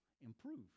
improve